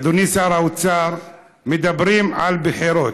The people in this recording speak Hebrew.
אדוני שר האוצר: מדברים על בחירות,